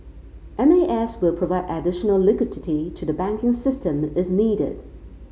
M A S will provide additional liquidity to the banking system if needed